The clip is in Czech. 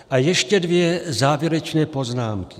A ještě dvě závěrečné poznámky.